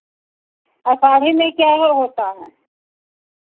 आषाढ़ी में क्या क्या होता है